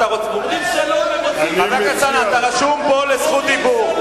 חבר הכנסת אלסאנע, אתה רשום פה לרשות דיבור.